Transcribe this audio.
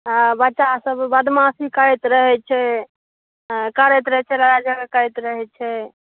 हँ बच्चा सब बदमाशी करैत रहैत छै हँ करैत रहैत छै लड़ाइ झगड़ करैत रहैत छै